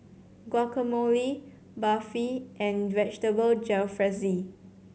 Guacamole Barfi and Vegetable Jalfrezi